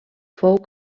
fou